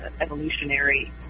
evolutionary